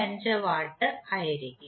5 watt ആയിരിക്കും